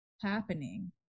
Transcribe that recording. happening